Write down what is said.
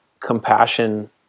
Compassion